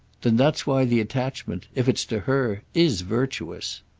then that's why the attachment if it's to her is virtuous.